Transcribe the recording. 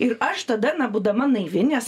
ir aš tada na būdama naivi nes